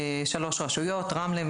רמלה,